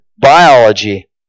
biology